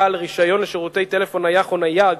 בעל רשיון לשירותי טלפון נייח או נייד